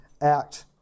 act